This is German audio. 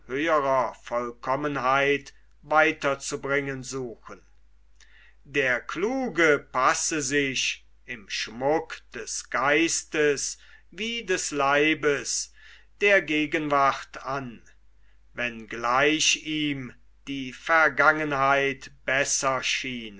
vollkommenheit weiter zu bringen suchen der kluge passe sich im schmuck des geistes wie des leibes der gegenwart an wenn gleich ihm die vergangenheit besser